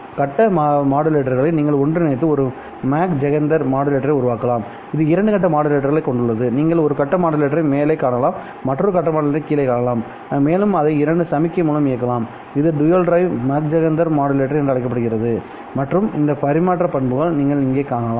கட்ட மாடுலேட்டர்களை நீங்கள் ஒன்றிணைத்து ஒரு மாக் ஜெஹெண்டர் மாடுலேட்டரை உருவாக்கலாம்இது இரண்டு கட்ட மாடுலேட்டர்களைக் கொண்டுள்ளது நீங்கள் ஒரு கட்ட மாடுலேட்டரை மேலே காணலாம்மற்றொரு கட்ட மாடுலேட்டரை கீழே காணலாம்மேலும் அதை இரண்டு சமிக்ஞை மூலம் இயக்கலாம் இது dual drive Mach Zehnder modulator என அழைக்கப்படுகிறது மற்றும் இதன் பரிமாற்ற பண்புகள் நீங்கள் இங்கே காணலாம்